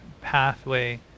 pathway